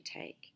take